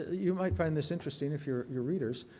you might find this interesting if you're you're readers,